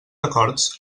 acords